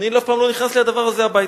אני אף פעם לא הכנסתי את הדבר הזה הביתה.